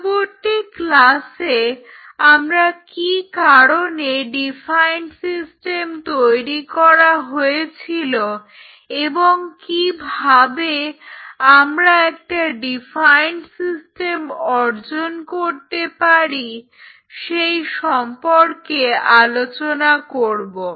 পরবর্তী ক্লাসে আমরা কি কারনে ডিফাইন্ড সিস্টেম তৈরি করা হয়েছিল এবং কিভাবে আমরা একটা ডিফাইন্ড সিস্টেম অর্জন করতে পারি সেই সম্পর্কে আলোচনা করব